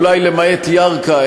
אולי למעט ירכא,